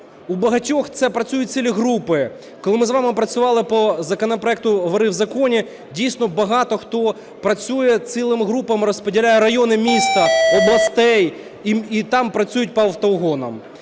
у багатьох, це працюють цілі групи. Коли ми з вами працювали по законопроекту "вори в законі", дійсно, багато хто працює і цілими групами, розподіляє райони міста, областей і там працюють по автоугонам.